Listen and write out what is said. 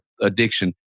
addiction